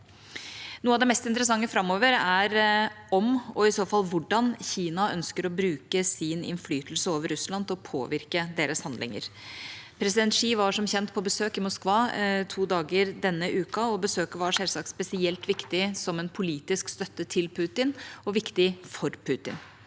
Noe av det mest interessante framover er om, og i så fall hvordan, Kina ønsker å bruke sin innflytelse over Russland til å påvirke deres handlinger. President Xi var som kjent på besøk i Moskva to dager denne uka, og besøket var selvsagt spesielt viktig som en politisk støtte til Putin og viktig for Putin.